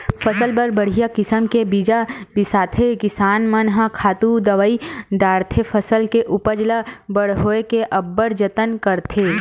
फसल बर बड़िहा किसम के बीजा बिसाथे किसान मन ह खातू दवई डारथे फसल के उपज ल बड़होए के अब्बड़ जतन करथे